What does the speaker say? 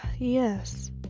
Yes